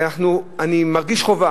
אני מרגיש חובה,